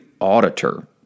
auditor